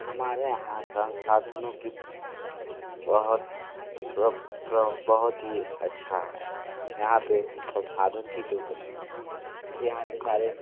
हमारे यहाँ संसाधनों की बहुत बहुत ही अच्छा है यहाँ पे संसाधन की कोई कमी नहीं है क्योंकि यहाँ पे सारे